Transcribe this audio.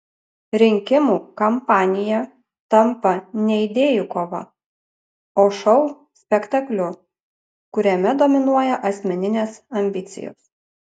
rinkimų kampanija tampa ne idėjų kova o šou spektakliu kuriame dominuoja asmeninės ambicijos